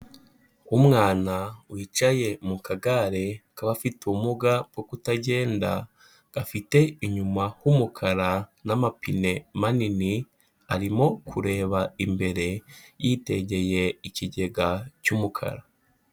Umwana wicaye mu kagare k'abafite ubumuga bwo kutagenda, gafite inyuma h'umukara n'amapine manini, arimo kureba imbere yitegeye ikigega cy'umukara.